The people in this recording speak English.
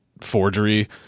forgery